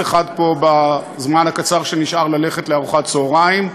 אחד פה בזמן הקצר שנשאר עד ארוחת צהריים,